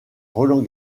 roland